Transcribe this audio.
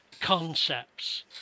concepts